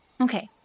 Okay